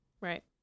Right